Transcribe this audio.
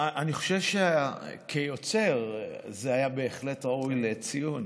אני חושב שכיוצר זה היה בהחלט ראוי לציון.